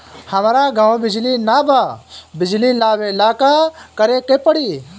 हमरा गॉव बिजली न बा बिजली लाबे ला का करे के पड़ी?